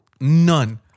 none